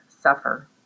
suffer